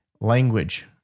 language